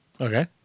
Okay